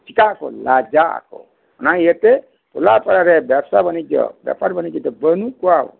ᱪᱤᱠᱟᱹ ᱟᱠᱚ ᱞᱟᱡᱟᱜ ᱟᱠᱚ ᱚᱱᱟ ᱤᱭᱟᱹ ᱛᱮ ᱴᱚᱞᱟ ᱯᱟᱲᱟᱨᱮ ᱵᱮᱯᱥᱟ ᱵᱟᱱᱤᱡᱡᱚ ᱵᱮᱯᱟᱨ ᱵᱟᱱᱤᱡᱡᱚ ᱫᱚ ᱵᱟᱹᱱᱩᱜ ᱠᱚᱣᱟ